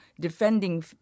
defending